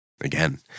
again